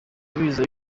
biza